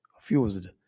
fused